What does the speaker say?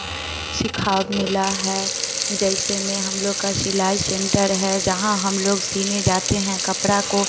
सिखाव मिला है जैसे में हम लोग का सिलाई शेंटर है जहाँ हम लोग सिलने जाते हैं कपड़ा को